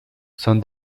son